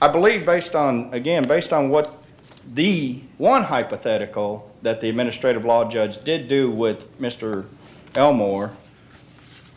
i believe based on again based on what the one hypothetical that the administrative law judge did do with mr elmore